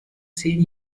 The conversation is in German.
zehn